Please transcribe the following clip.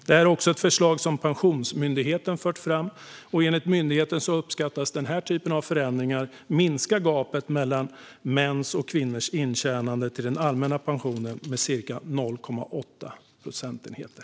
Detta är ett förslag som även Pensionsmyndigheten har fört fram, och enligt myndigheten uppskattas den typen av förändringar minska gapet mellan mäns och kvinnors intjänande till den allmänna pensionen med ca 0,8 procentenheter.